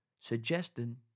Suggesting